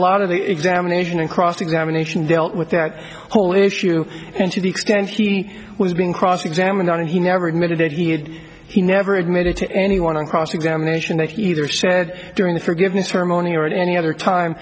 of the examination and cross examination dealt with that whole issue and to the extent he was being cross examined on it he never admitted that he had he never admitted to anyone on cross examination that either said during the forgiveness harmonix or in any other time